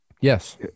Yes